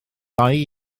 dau